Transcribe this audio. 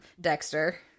Dexter